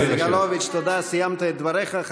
סגלוביץ', תודה, סיימת את דבריך.